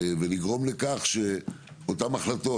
ולגרום לכך שאותם החלטות,